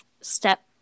step